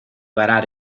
varar